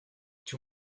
two